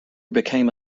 became